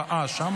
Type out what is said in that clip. אה, את שם?